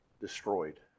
destroyed